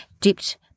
dipped